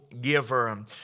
giver